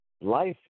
Life